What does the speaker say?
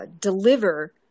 deliver